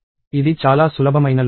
ఇది చాలా సులభమైన లూప్